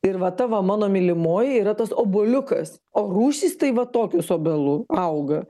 ir va ta va mano mylimoji yra tas obuoliukas o rūšys tai va tokios obelų auga